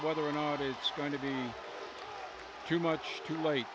whether or not it's going to be too much too late